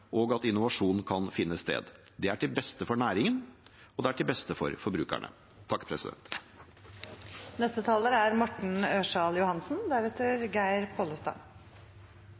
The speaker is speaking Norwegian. og innovasjon kan finne sted. Det er til beste for næringen, og det er til beste for forbrukerne. Som foregående taler var inne på, er